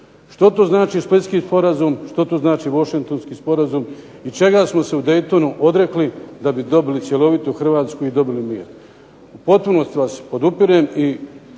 Što to znači Splitski sporazum, što to znači Washingtonski sporazum i čega smo se u Daytonu odrekli da bi dobili cjelovitu Hrvatsku i dobili mir. U potpunosti vas podupirem i